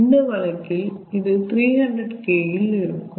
இந்த வழக்கில் இது 300K இல் இருக்கும்